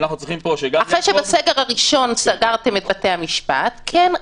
שאנחנו צריכים פה --- אחרי שבסגר הראשון סגרתם את בתי המשפט כן,